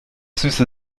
süße